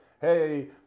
hey